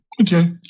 Okay